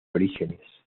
orígenes